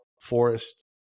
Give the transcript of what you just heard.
forest